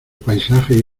paisaje